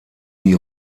die